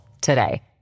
today